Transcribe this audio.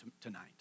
tonight